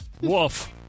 wolf